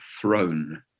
throne